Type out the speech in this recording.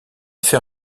fait